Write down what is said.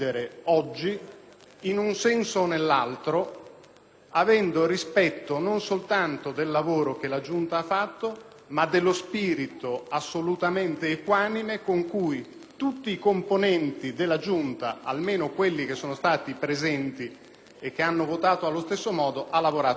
in un senso o nell'altro avendo rispetto non soltanto del lavoro fatto dalla Giunta, ma dello spirito assolutamente equanime con cui tutti i componenti della Giunta, almeno quelli che sono stati presenti e che hanno votato allo stesso modo, hanno lavorato. *(Applausi dai